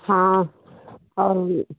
हाँ और